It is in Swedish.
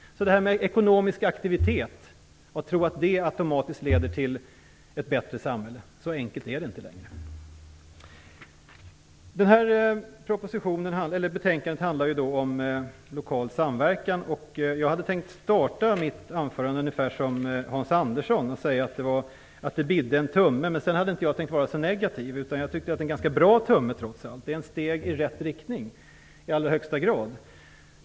Det är inte så enkelt längre som att tro att detta med ekonomisk aktivitet automatiskt leder till ett bättre samhälle. Detta betänkande handlar om lokal samverkan. Jag hade tänkt inleda mitt anförande ungefär som Hans Andersson gjorde genom att säga att det bidde en tumme. Men sedan ville jag inte vara så negativ. Jag tycker att det trots allt har blivit en ganska bra tumme. Det är ett steg i rätt riktning - i allra högsta grad.